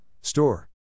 Store